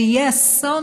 זה יהיה אסון,